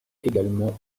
également